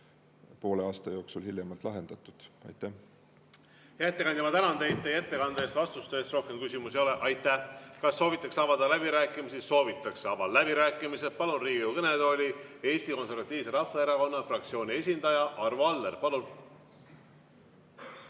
poole aasta jooksul lahendatud. Hea ettekandja, ma tänan teid ettekande ja vastuste eest. Rohkem küsimusi ei ole. Aitäh! Kas soovitakse avada läbirääkimisi? Soovitakse. Avan läbirääkimised. Palun Riigikogu kõnetooli Eesti Konservatiivse Rahvaerakonna fraktsiooni esindaja Arvo Alleri. Palun!